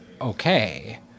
okay